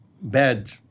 bad